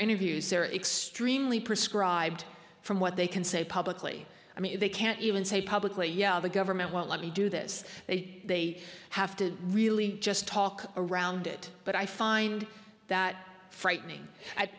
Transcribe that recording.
interviews they're extremely prescribed from what they can say publicly i mean they can't even say publicly yeah the government won't let me do this they may have to really just talk around it but i find that frightening i